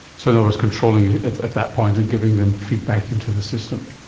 so in other words controlling it at that point and giving them feedback into the system.